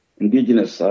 indigenous